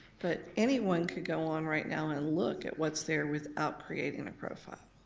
but anyone could go on right now and look at what's there without creating a profile.